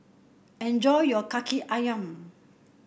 enjoy your Kaki ayam